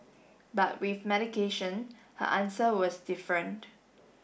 but with medication her answer was different